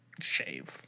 shave